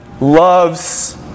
loves